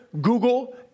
Google